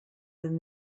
than